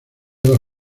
dos